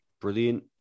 brilliant